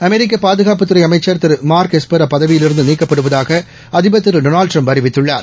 அமெரிக்க பாதுகாப்புத்துறை அமைச்சர் திரு மார்க் எஸ்பெர் அப்பதவியிலிருந்து நீக்கப்படுவதாக அதிபர் திரு டொனால்டு ட்டிரம்ப் அறிவித்துள்ளார்